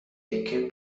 تکه